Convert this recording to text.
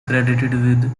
credited